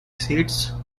seats